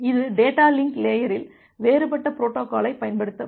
இது data link லேயரில் வேறுபட்ட பொரோட்டோகாலைப் பயன்படுத்துகிறது